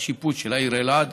השיפוט של העיר אלעד.